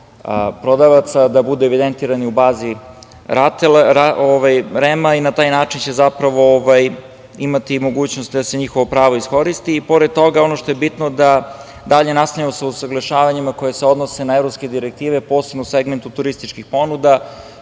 da budu evidentirani u bazi REM-a i na taj način će zapravo imati mogućnost da se njihovo pravo iskoristi. Pored toga, ono što je bitno da dalje nastavljamo sa usaglašavanjima koja se odnose na evropske direktive, posebno u segmentu turističkih ponuda